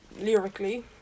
lyrically